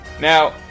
now